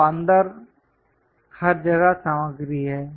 तो अंदर हर जगह सामग्री है